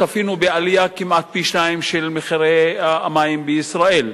צפינו בעלייה כמעט פי-שניים של מחירי המים בישראל,